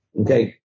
Okay